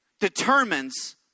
determines